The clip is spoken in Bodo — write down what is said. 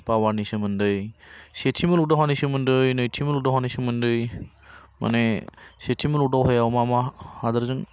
पावार नि सोमोन्दै सेथि मुलुग दावहानि सोमोन्दै नैथि मुलुग दावहानि सोमोन्दै मानि सेथि मुलुग दावहायाव मा मा हादोरजों